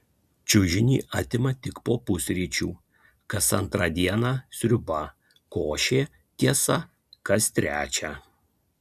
čiužinį atima tik po pusryčių kas antrą dieną sriuba košė tiesa kas trečią